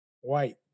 white